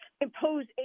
impose